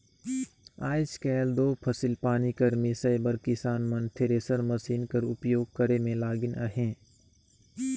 आएज काएल दो फसिल पानी कर मिसई बर किसान मन थेरेसर मसीन कर उपियोग करे मे लगिन अहे